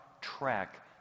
track